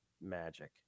magic